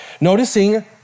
Noticing